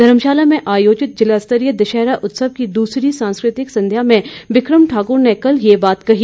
धर्मशाला में आयोजित जिला स्तरीय दशहरा उत्सव की दूसरी सांस्कृतिक संध्या में बिकम ठाकुर ने कल ये बात कही